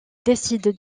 décide